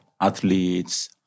athletes